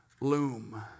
loom